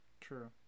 True